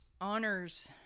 honors